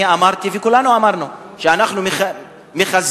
אני אמרתי וכולנו אמרנו שאנחנו מחזקים